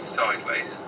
sideways